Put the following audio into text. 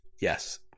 Yes